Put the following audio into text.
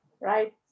right